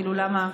כאילו למה,